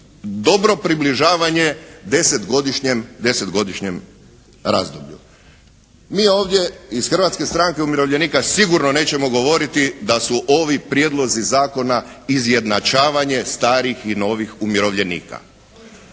dobro približavanje 10-godišnjem razdoblju. Mi ovdje iz Hrvatske stranke umirovljenika sigurno nećemo govoriti da su ovi prijedlozi zakona izjednačavanje starih i novih umirovljenika.